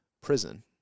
prison